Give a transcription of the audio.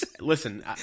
listen